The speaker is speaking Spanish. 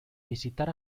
visitar